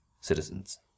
citizens